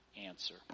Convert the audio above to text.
answer